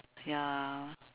ya